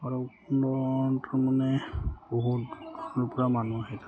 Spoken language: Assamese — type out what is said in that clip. ভৈৰৱকুণ্ডত মানে বহুত দূৰৰপৰা মানুহ আহে তাৰমানে